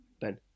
Ben